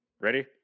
ready